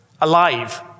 alive